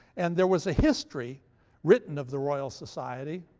and there was a history written of the royal society,